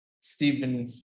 Stephen